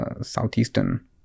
Southeastern